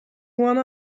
one